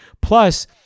Plus